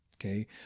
Okay